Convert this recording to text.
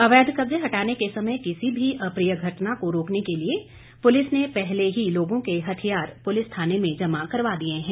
अवैध कब्जे हटाने के समय किसी भी अप्रिय घटना को रोकने के लिए पुलिस ने पहले ही लोगों के हथियार पुलिस थाने में जमा करवा दिए हैं